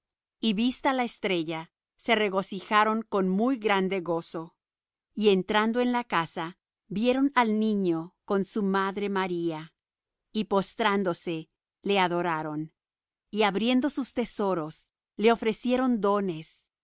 y vista la estrella se regocijaron con muy grande gozo y entrando en la casa vieron al niño con su madre maría y postrándose le adoraron y abriendo sus tesoros le ofrecieron dones